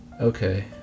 Okay